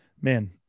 Man